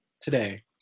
today